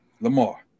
Lamar